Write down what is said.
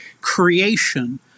Creation